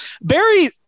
Barry